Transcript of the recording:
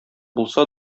булса